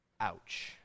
Ouch